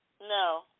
no